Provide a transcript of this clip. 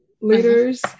leaders